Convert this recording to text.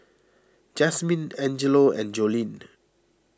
Jazmyne Angelo and Joleen